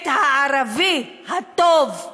את הערבי הטוב,